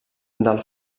del